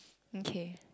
mm kay